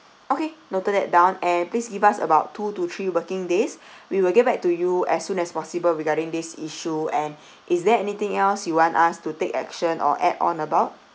okay noted that down and please give us about two to three working days we will get back to you as soon as possible regarding this issue and is there anything else you want us to take action or add on about